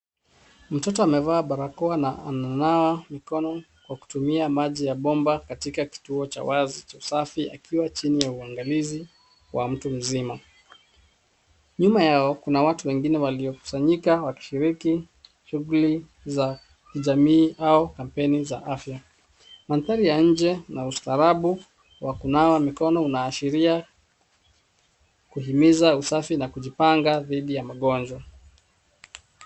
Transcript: Mtoto amevaa barakoa na ananawa mikono kwa kutumia maji ya bomba katika kituo wazi cha usafi akiwa chini ya uangalizi wa mtu mzima. Nyuma yao, kuna watu wengine waliokusanyika wakishiriki shughuli za kijamii au kampeni za afya. Mandhari ya nje na ustaarabu wa kunawa mikono unaashiria kuhimiza usafi na kujipanga dhidi ya magonjwa.